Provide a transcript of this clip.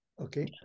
Okay